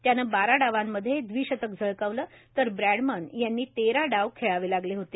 त्याने बारा डावांमध्ये दिशतक झळकावला तर ब्रॅंडमन यांना तेरा डाव खेळवे लागले होते